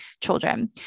children